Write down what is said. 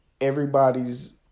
Everybody's